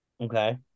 Okay